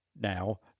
now